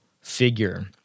figure